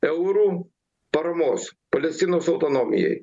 eurų paramos palestinos autonomijai